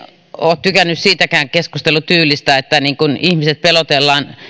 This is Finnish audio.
ole tykännyt siitäkään keskustelutyylistä että ihmiset pelotellaan